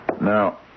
Now